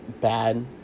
bad